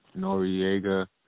Noriega